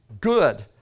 good